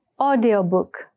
Audiobook